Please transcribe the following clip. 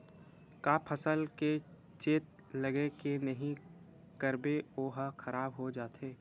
का फसल के चेत लगय के नहीं करबे ओहा खराब हो जाथे?